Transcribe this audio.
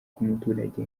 bw’umuturage